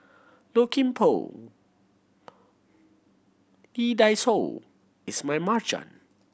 Low Kim Pong Lee Dai Soh Ismail Marjan